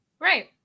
Right